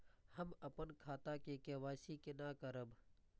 हम अपन खाता के के.वाई.सी केना करब?